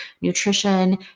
nutrition